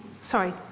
sorry